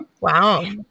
Wow